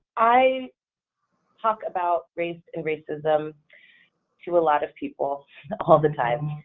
i talk about race and racism to a lot of people all the time,